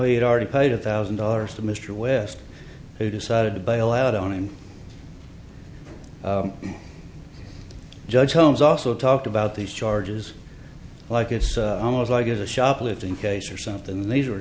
had already paid a thousand dollars to mr west who decided to bail out on him judge holmes also talked about these charges like it's almost like as a shoplifting case or something and these are